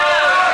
בושה.